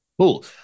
Cool